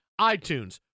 iTunes